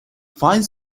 fine